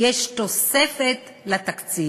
יש תוספת לתקציב.